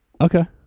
Okay